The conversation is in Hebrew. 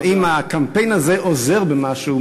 האם הקמפיין הזה עוזר במשהו,